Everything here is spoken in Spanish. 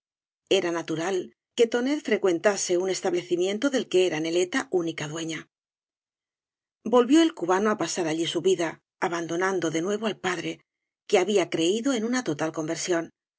era natural que tonet frecuentase un establecimiento del que era neleta única dueña volvió el cubano á pasar allí su vida abandonando de nuevo al padre que habla creído en una total conversión